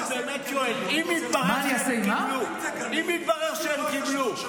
אני באמת שואל: אם התברר שהם קיבלו,